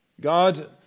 God